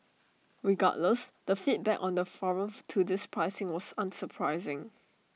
regardless the feedback on the forum to this pricing was unsurprising